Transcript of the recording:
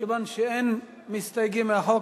מכיוון שאין מסתייגים לחוק,